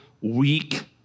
weak